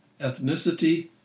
ethnicity